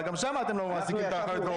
אבל גם שם אתם לא מעסיקים את האחיות והרופאים.